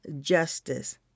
justice